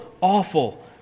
awful